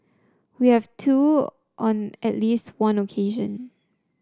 we have too on at least one occasion